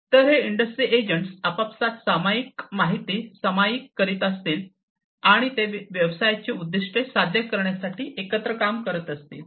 तर हे industry agents आपापसात माहिती सामायिक करीत असतील आणि ते व्यवसायाची उद्दीष्टे साध्य करण्यासाठी एकत्र काम करत असतील